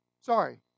Sorry